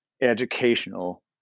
educational